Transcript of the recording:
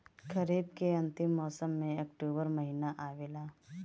खरीफ़ के अंतिम मौसम में अक्टूबर महीना आवेला?